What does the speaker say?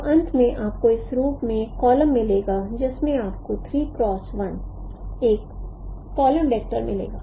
तो अंत में आपको इस रूप में एक कॉलम मिलेगा जिसमें आपको एक कॉलम वेक्टर मिलेगा